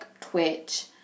Twitch